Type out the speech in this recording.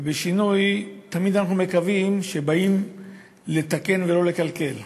ובשינוי תמיד אנחנו מקווים שבאים לתקן ולא לקלקל.